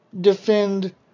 defend